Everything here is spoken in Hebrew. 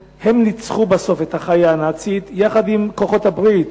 שניצחו בסוף את החיה הנאצית, יחד עם כוחות הברית.